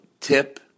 tip